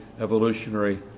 evolutionary